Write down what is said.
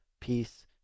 peace